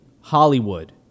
Hollywood